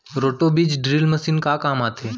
Roto बीज drill machine का काम आथे?